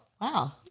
wow